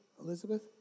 Elizabeth